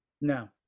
no